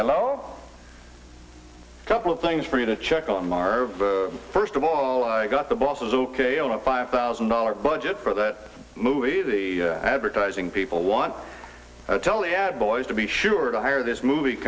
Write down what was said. a low couple of things for you to check on march first of all i got the boxes ok on a five thousand dollars budget for that movie the advertising people want to tell the ad boys to be sure to hire this movie